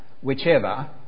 whichever